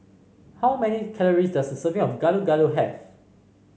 how many calories does a serving of Gado Gado have